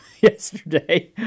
yesterday